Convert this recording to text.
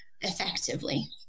effectively